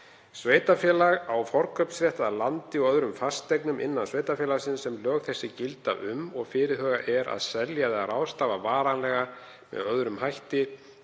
Sveitarfélag á forkaupsrétt að landi og öðrum fasteignum innan sveitarfélagsins sem lög þessi gilda um og fyrirhugað er að selja eða ráðstafa varanlega með öðrum hætti